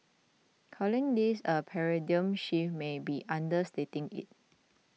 calling this a paradigm shift may be understating it